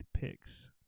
picks